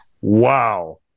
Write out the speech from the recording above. Wow